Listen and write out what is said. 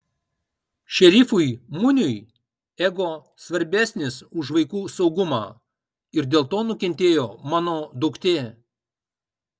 šerifui muniui ego svarbesnis už vaikų saugumą ir dėl to nukentėjo mano duktė